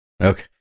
okay